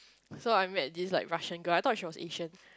so I met this like Russian guy I thought he was Asian